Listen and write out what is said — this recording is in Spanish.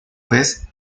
vez